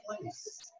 place